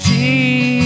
Jesus